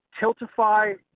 Tiltify